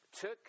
took